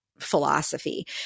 philosophy